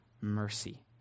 mercy